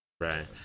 Right